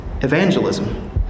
evangelism